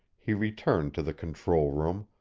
he returned to the control room,